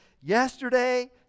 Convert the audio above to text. yesterday